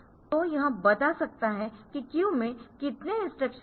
तो यह बता सकता है कि क्यू में कितने इंस्ट्रक्शंस है